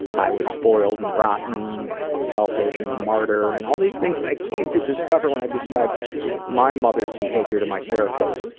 i was spoiled and rotten, and selfish, and a martyr, and all these things that i came to discover when i described my mother's behavior to my therapists.